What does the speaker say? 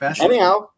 anyhow